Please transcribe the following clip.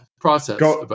process